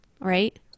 Right